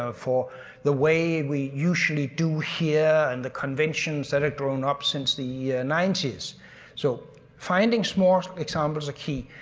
ah for the way we usually do here and the conventions that have grown up since the ninety s so finding small examples are key.